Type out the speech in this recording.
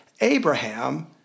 Abraham